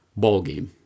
ballgame